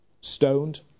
Stoned